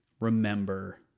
remember